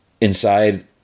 Inside